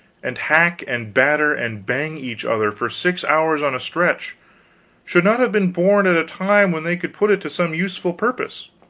and hack and batter and bang each other for six hours on a stretch should not have been born at a time when they could put it to some useful purpose.